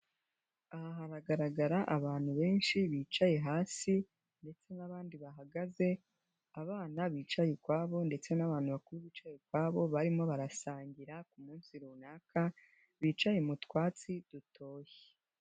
Aha haragaragara abantu benshi bicaye hasi ndetse n'abandi bahagaze, abana bicaye ukwabo ndetse n'abantu bakuru bicaye ukwabo, barimo barasangira ku munsi runaka, bicaye mu twatsi dutoshye.